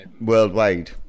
worldwide